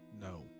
No